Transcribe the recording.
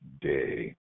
day